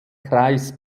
kreis